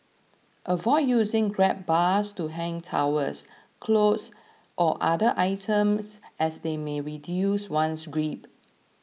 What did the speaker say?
avoid using grab bars to hang towels clothes or other items as they may reduce one's grip